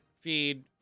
feed